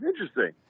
interesting